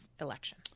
election